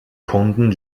kunden